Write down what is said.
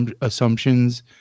assumptions